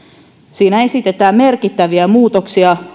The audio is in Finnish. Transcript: siinä esitetään merkittäviä muutoksia